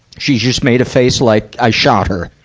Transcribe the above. she's just made a face like i shot her.